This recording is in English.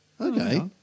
okay